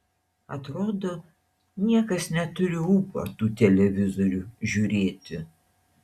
atrodo niekas neturi ūpo tų televizorių žiūrėti